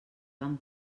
vàrem